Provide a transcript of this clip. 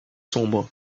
sombre